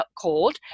called